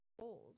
old